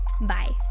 bye